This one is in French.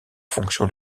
fonction